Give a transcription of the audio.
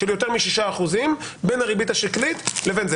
יש פער של יותר משישה אחוזים בין הריבית השקלית לבין זה.